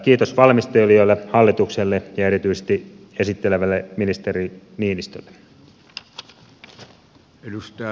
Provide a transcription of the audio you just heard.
kiitos valmistelijoille hallitukselle ja erityisesti esittelevälle ministeri niinistölle